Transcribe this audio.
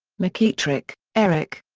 mckitrick, eric.